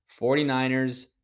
49ers